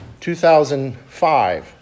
2005